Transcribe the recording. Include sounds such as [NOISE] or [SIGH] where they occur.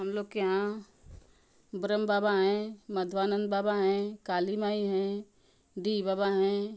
हम लोगों के यहाँ बरम बाबा हैं माधवानंद बाबा हैं काली माई हैं [UNINTELLIGIBLE] बाबा हैं